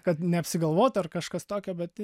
kad neapsigalvotų ar kažkas tokio bet